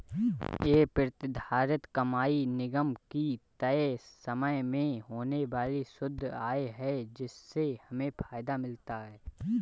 ये प्रतिधारित कमाई निगम की तय समय में होने वाली शुद्ध आय है जिससे हमें फायदा मिलता है